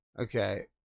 okay